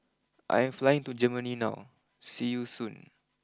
I am flying to Germany now see you Soon